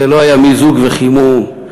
כשלא היה מיזוג וחימום,